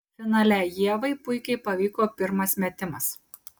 finale ievai puikiai pavyko pirmas metimas